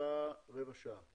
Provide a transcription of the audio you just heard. לרשותך רבע שעה.